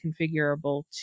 configurable